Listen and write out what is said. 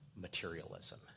materialism